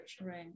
Right